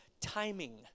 timing